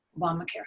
Obamacare